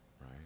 right